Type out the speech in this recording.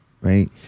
right